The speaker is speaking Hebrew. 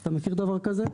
אתה מכיר דבר כזה?